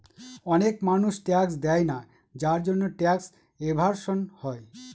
অনেক মানুষ ট্যাক্স দেয়না যার জন্যে ট্যাক্স এভাসন হয়